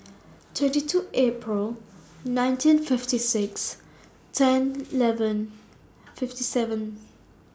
twenty two April nineteen fifty six ten eleven fifty seven